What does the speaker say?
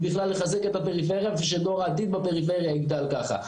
ובכלל לחזק את הפריפריה ושדור העתיד בפריפריה יגדל ככה.